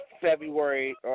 February